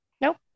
Nope